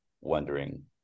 wondering